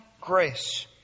grace